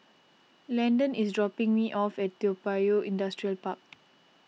Landon is dropping me off at Toa Payoh Industrial Park